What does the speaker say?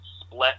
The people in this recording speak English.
split